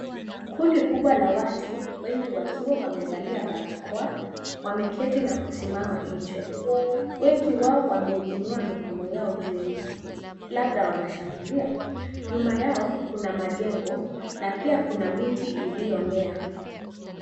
Kundi kubwa la watu, wengi wakiwa wamevalia barakoa. Wameketi na kusimama nje. Wengi wao wameinua mikono yao juu, labda wanashangilia. Nyuma yao kuna majengo na pia kuna miti iliyomea.